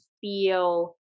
feel